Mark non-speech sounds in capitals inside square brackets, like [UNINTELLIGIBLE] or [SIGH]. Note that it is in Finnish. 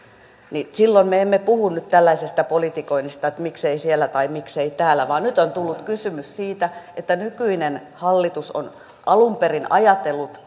niin silloin me emme puhu tällaisesta politikoinnista että miksei siellä tai miksei täällä nyt on tullut kysymys siitä että nykyinen hallitus on alun perin ajatellut [UNINTELLIGIBLE]